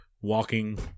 walking